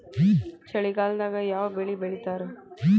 ಚಳಿಗಾಲದಾಗ್ ಯಾವ್ ಬೆಳಿ ಬೆಳಿತಾರ?